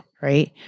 right